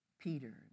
Peter